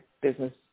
business